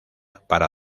para